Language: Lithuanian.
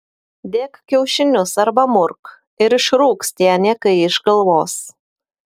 dėk kiaušinius arba murk ir išrūks tie niekai iš galvos